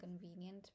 convenient